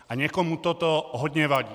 A někomu toto hodně vadí.